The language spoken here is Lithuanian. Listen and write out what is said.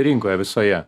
rinkoje visoje